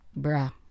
Bruh